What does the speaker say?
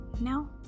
No